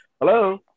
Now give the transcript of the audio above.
Hello